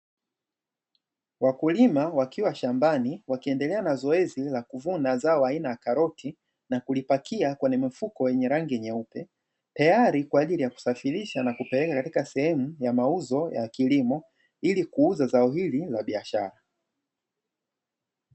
Wakulima wakiwa shambani wakiendelea na zoezi la kuvuna zao aina ya karoti na kulipakia kwenye mifuko yenye rangi nyeupe, tayari kwa ajili ya kusafirisha na kupeleka katika sehemu ya mauzo ya kilimo ili kuuza zao hili la biashara.